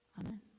amen